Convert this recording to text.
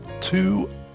two